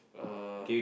uh